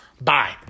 Bye